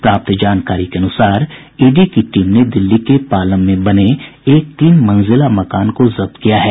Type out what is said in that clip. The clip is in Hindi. प्राप्त जानकारी के अनुसार ईडी की टीम ने दिल्ली के पालम में बने एक तीन मंजिला मकान को जब्त किया है